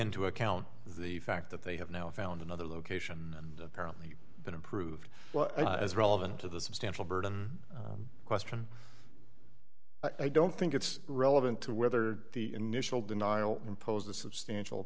into account the fact that they have now found another location and apparently been approved as relevant to the substantial burden question i don't think it's relevant to whether the initial denial imposed a substantial